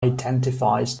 identifies